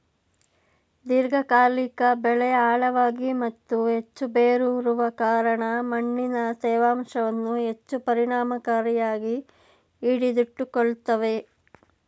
ದೀರ್ಘಕಾಲಿಕ ಬೆಳೆ ಆಳವಾಗಿ ಮತ್ತು ಹೆಚ್ಚು ಬೇರೂರುವ ಕಾರಣ ಮಣ್ಣಿನ ತೇವಾಂಶವನ್ನು ಹೆಚ್ಚು ಪರಿಣಾಮಕಾರಿಯಾಗಿ ಹಿಡಿದಿಟ್ಟುಕೊಳ್ತವೆ